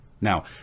Now